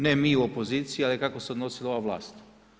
Ne mi u opoziciji, ali kako se odnosila ova vlast.